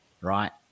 right